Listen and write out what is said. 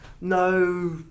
no